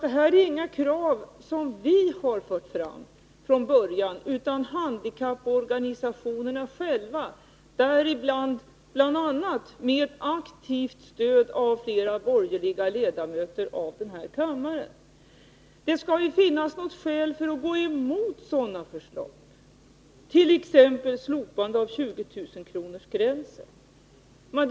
Det här är inga krav som vi fört fram från början, utan de har kommit från handikapporganisationerna själva, bl.a. med aktivt stöd av flera borgerliga ledamöter av den här kammaren. Det skall ju finnas något skäl för att gå emot ett förslag som det om slopande av 20 000-kronorsgränsen.